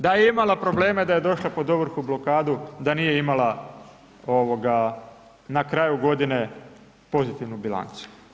Da je imala probleme, da je došla pod ovrhu, blokadu, da nije imala na kraju godine pozitivnu bilancu.